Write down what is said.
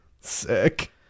Sick